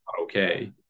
okay